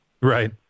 Right